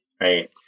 right